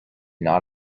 not